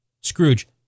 Scrooge